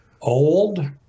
old